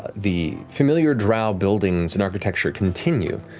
the familiar drow buildings and architecture continue,